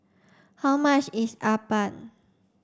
how much is Appam